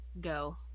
go